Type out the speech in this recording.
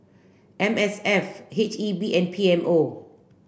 M S F H E B and P M O